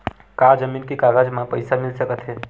का जमीन के कागज म पईसा मिल सकत हे?